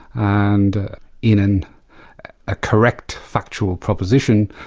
and in in a correct factual proposition,